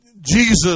Jesus